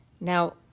Now